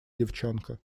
девчонка